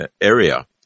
area